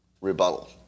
rebuttal